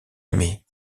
aimé